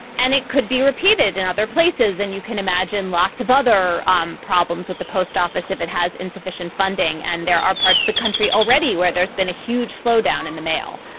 and it could be repeated in other places. and you can imagine lots of other um problems with the post office if it has insufficient funding. and there are parts of the country already where there's been a huge slowdown in the mail.